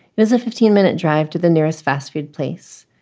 there's a fifteen minute drive to the nearest fast food place.